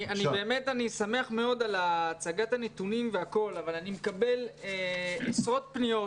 אני באמת שמח מאוד על הצגת הנתונים אבל אני מקבל עשרות פניות,